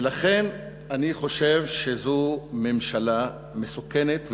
ולכן אני חושב שזו ממשלה מסוכנת,